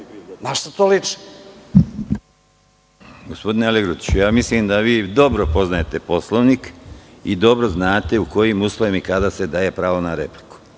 Na šta to liči?